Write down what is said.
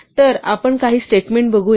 तर आपण काही स्टेटमेंट बघूया